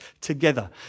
together